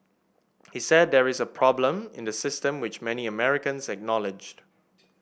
he said that there is a problem in the system which many Americans acknowledged